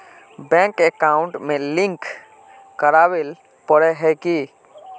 Bank account में link करावेल पारे है की?